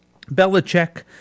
Belichick